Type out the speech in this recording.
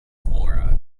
flora